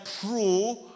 true